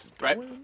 Right